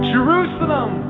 Jerusalem